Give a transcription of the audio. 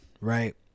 right